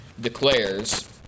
declares